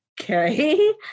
Okay